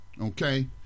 Okay